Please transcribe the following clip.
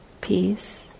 peace